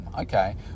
okay